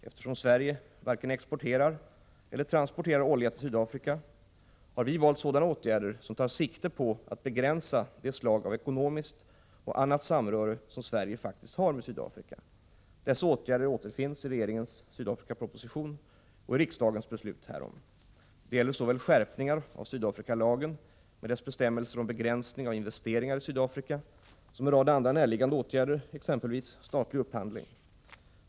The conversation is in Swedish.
Eftersom Sverige varken exporterar eller transporterar olja till Sydafrika har vi valt sådana åtgärder som tar sikte på att begränsa det slag av ekonomiskt och annat samröre som Sverige faktiskt har med Sydafrika. Dessa åtgärder återfinns i regeringens Sydafrikaproposition och riksdagens beslut härom. Det gäller såväl skärpningar av Sydafrikalagen med dess bestämmelser om begränsning av investeringar i Sydafrika som en rad andra närliggande åtgärder, exempelvis statlig upphandling.